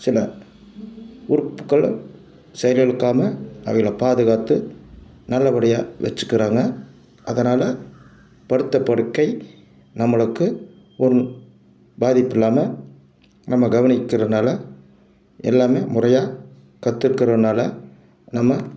சில உறுப்புக்களை செயலிழக்காமல் அவகள பாதுகாத்து நல்லபடியாக வச்சிக்கிறாங்க அதனால் படுத்த படுக்கை நம்மளுக்கு ஒன்றும் பாதிப்பு இல்லாமல் நம்ம கவனிக்குறனால எல்லாமே முறையாக கத்துக்கிறனால நம்ம